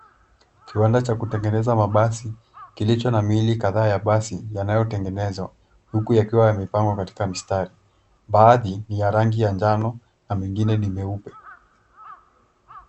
Kiwanda cha kutengeneza mabasi kilicho na miili kataa ya basi yanayotengenezwa huku yakiwa yamepangwa katika mistari. Baadhi ni ya rangi ya njano na mingine ni meupe.